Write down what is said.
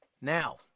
Now